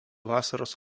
vasaros